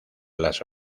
las